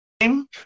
name